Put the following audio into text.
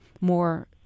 more